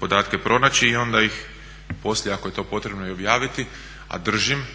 podatke pronaći i onda ih poslije ako je to potrebno i objaviti, a držim